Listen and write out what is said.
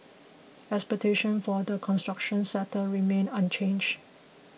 expectation for the construction sector remain unchanged